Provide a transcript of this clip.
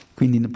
Quindi